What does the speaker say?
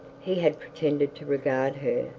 he had pretended to regard her,